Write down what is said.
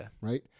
Right